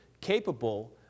capable